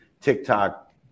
TikTok